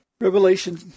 Revelation